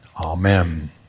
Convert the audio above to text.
Amen